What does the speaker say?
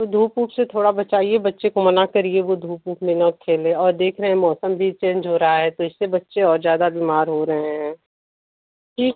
तो धूप ऊप से थोड़ा बचाइए बच्चे को मना करिए वो धूप ऊप में ना खेले और देख रहे हैं मौसम भी चेंज हो रहा है तो इससे बच्चे और ज्यादा बीमार हो रहे हैं जी